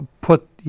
put